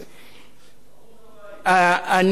ערוץ הבית.